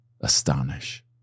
astonish